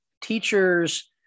teachers